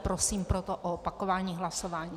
Prosím proto o opakování hlasování.